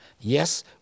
Yes